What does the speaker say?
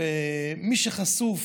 מי שחשוף